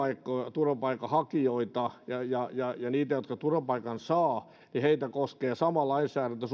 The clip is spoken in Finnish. turvapaikanhakijoita ja ja heitä jotka turvapaikan saavat koskee suomessa sama lainsäädäntö